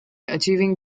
achieving